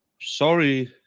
sorry